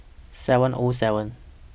seven O seven